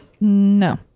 No